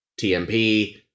TMP